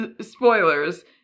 spoilers